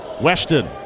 Weston